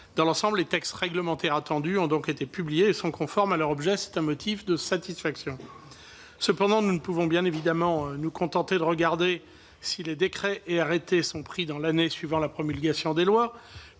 Dans l'ensemble, les textes réglementaires attendus ont été publiés et sont conformes à leur objet, ce qui est un motif de satisfaction. Cependant, nous ne pouvons bien évidemment pas nous contenter de vérifier si les décrets et arrêtés sont pris dans l'année suivant la promulgation des lois,